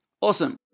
Awesome